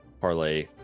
Parlay